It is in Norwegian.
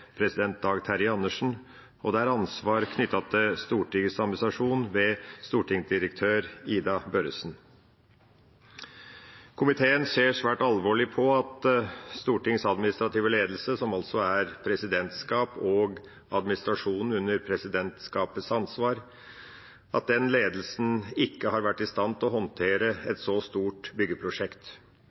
president Dag Terje Andersen, og det er ansvar knyttet til Stortingets administrasjon, ved stortingsdirektør Ida Børresen. Komiteen ser svært alvorlig på at Stortingets administrative ledelse, som altså er presidentskapet og administrasjonen under presidentskapets ansvar, ikke har vært i stand til å håndtere et så stort byggeprosjekt,